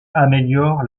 améliorent